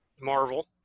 Marvel